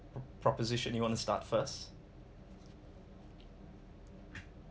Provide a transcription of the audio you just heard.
pro~ proposition you want to start first